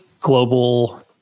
global